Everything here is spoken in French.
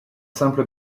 simple